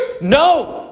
No